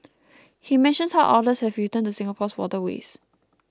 he mentions how otters have returned to Singapore's waterways